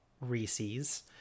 Reese's